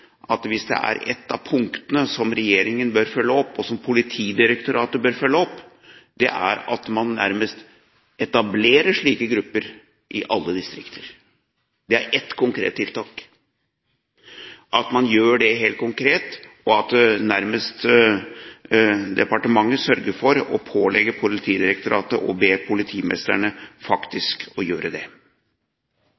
er ett av punktene som regjeringen bør følge opp, og som Politidirektoratet bør følge opp, er det det at man nærmest etablerer slike grupper i alle distrikter – det er ett konkret tiltak – at man gjør det helt konkret, og at departementet nærmest sørger for å pålegge Politidirektoratet å be politimesterne